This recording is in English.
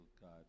God